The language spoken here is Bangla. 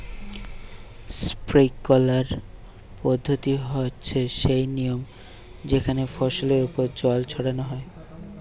স্প্রিংকলার পদ্ধতি হচ্ছে সেই নিয়ম যেখানে ফসলের ওপর জল ছড়ানো হয়